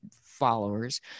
followers